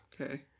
Okay